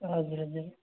हजुर हजुर